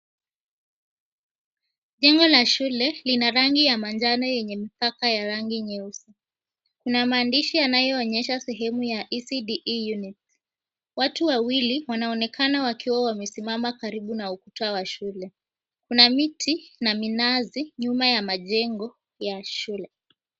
Jengo la shule lina rangi ya manjano yenye mipaka ya rangi nyeusi. Kuna maandishi yanayoonyesha sehemu ya ECD unit . Watu wawili wanaonekana wakiwa wamesimama karibu na ukuta wa shule. Kuna miti na minazi nyuma ya majengo ya shule.